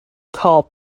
call